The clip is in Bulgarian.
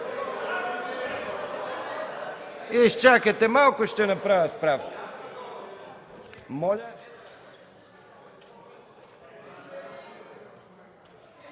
Изчакайте малко, ще направя справка.